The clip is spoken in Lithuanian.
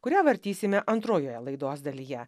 kurią vartysime antrojoje laidos dalyje